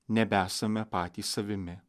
nebesame patys savimi